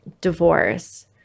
divorce